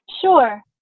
Sure